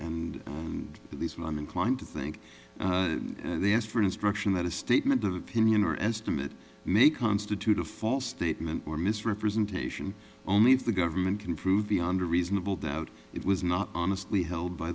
and and believe i'm inclined to think they asked for instruction that a statement of opinion or estimate may constitute a false statement or misrepresentation only if the government can prove beyond a reasonable doubt it was not honestly held by